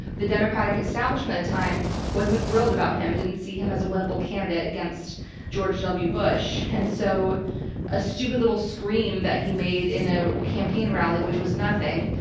but the democratic establishment of time wasn't thrilled about him, didn't see him as a winnable candidate against george w. bush. and so a stupid little scream that he made in a campaign rally, which was nothing,